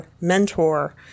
mentor